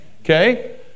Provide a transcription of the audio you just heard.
okay